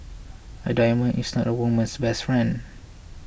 a diamond is not a woman's best friend